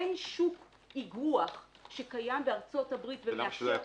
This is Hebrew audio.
אין שוק איגו"ח שקיים בארצות הברית ומאפשר --- למה שלא יקום?